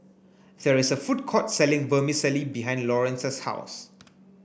there is a food court selling Vermicelli behind Lawerence's house